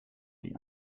die